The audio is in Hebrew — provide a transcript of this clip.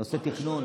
נושא תכנון.